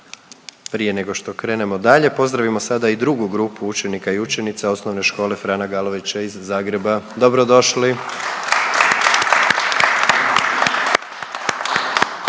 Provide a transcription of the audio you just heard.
Prije nego što krenemo dalje, pozdravimo sada i drugu grupu učenika i učenica Osnovne škole Frana Galovića iz Zagreba. Dobrodošli.